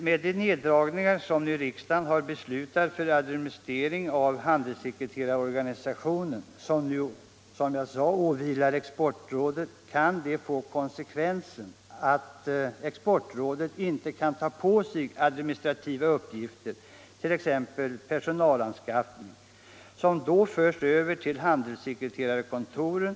Med de neddragningar som riksdagen har beslutat för administrering av handelssekreterarorganisationen, vilken alltså åvilar Exportrådet, kan konsekvensen bli att Exportrådet inte kan ta på sig administrativa uppgifter, t.ex. personalanskaffning, som då förs över till handelssekreterarkontoren.